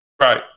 Right